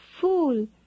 fool